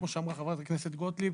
כמו שאמרה חברת הכנסת גוטליב,